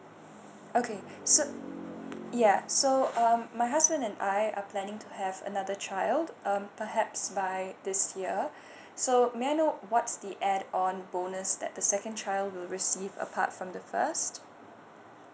okay so ya so um my husband and I are planning to have another child um perhaps by this year so may I know what's the add on bonus that the second child will receive apart from the first